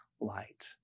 light